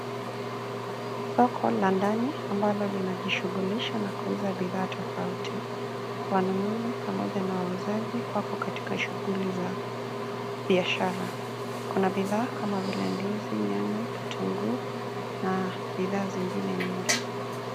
Soko la ndani ambalo linajishughuliza na kuuza bidhaa tofauti. Wanunuzi pamoja na wauzaji wako katika shughuli za biashara. Kuna bidhaa kama vile ndizi, nyanya, vitunguu, na bidhaa zingine nyingi.